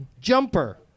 Jumper